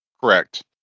Correct